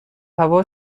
هوا